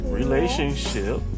relationship